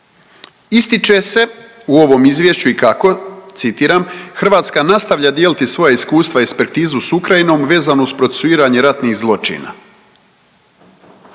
Ističe se u ovom izvješću i kako citiram „Hrvatska nastavlja dijeliti svoja iskustva i ekspertizu s Ukrajinom vezanu uz procesuiranje ratnih zločina.“.